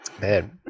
Man